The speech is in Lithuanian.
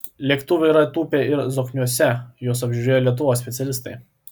lėktuvai yra tūpę ir zokniuose juos apžiūrėjo lietuvos specialistai